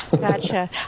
Gotcha